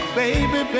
baby